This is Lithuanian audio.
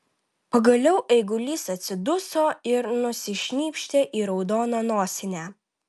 pagaliau eigulys atsiduso ir nusišnypštė į raudoną nosinę